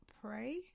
pray